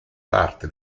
parte